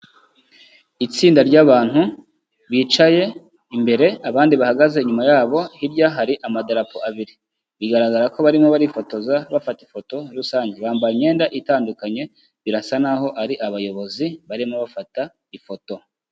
Itsinda ry'abantu bicaye imbere, abandi bahagaze inyuma yabo, hirya hari amadarapo abiri, bigaragara ko barimo barifotoza bafata ifoto rusange, bambaye imyenda itandukanye, birasa naho ari abayobozi barimo bafata ifoto.